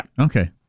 Okay